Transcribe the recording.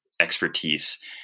expertise